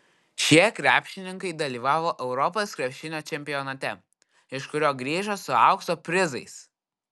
šie krepšininkai dalyvavo europos krepšinio čempionate iš kurio grįžo su aukso prizais